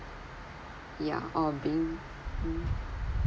yeah or been